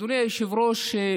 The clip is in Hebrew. אדוני היושב-ראש,